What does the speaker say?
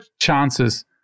chances